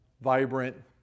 vibrant